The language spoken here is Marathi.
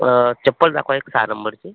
चप्पल दाखवा एक सहा नंबरची